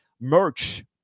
merch